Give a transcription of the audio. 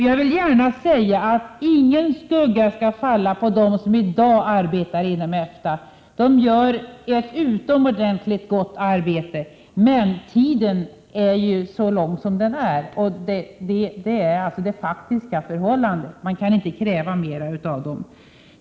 Jag vill gärna säga att ingen skugga skall falla på dem som i dag arbetar inom EFTA. De gör ett utomordentligt arbete, men tiden är så långt framskriden som den är. Detta är det faktiska förhållandet — man kan inte kräva mer av vederbörande.